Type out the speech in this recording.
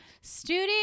studio